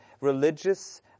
religious